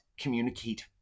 communicate